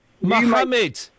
Mohammed